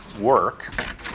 work